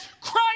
Christ